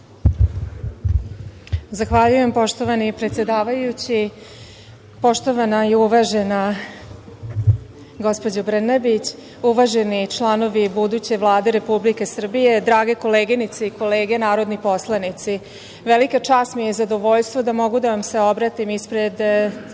Zahvaljujem, poštovani predsedavajući. Poštovana i uvažena gospođo Brnabić, uvaženi članovi buduće Vlade Republike Srbije, drage koleginice i kolege narodni poslanici velika čast mi je i zadovoljstvo da mogu da vam se obratim ispred